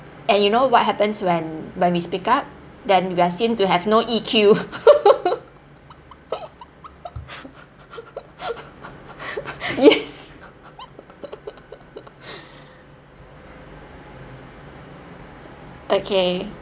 and you know what happens when when we speak up then we are seen to have no E_Q yes okay